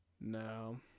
no